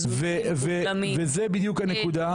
וזו בדיוק הנקודה.